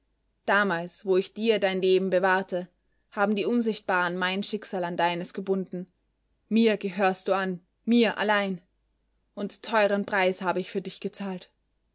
damals wo ich dir dein leben bewahrte haben die unsichtbaren mein schicksal an deines gebunden mir gehörst du an mir allein und teuren preis habe ich für dich gezahlt